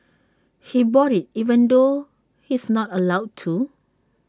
he bought IT even though he's not allowed to